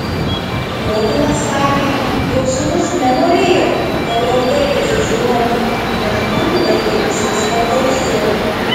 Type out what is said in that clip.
motina sakė jog sūnus nenorėjo kad draugai tai sužinotų nes būtų laikę jį skystablauzdžiu